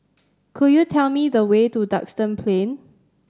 could you tell me the way to Duxton Plain